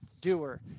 doer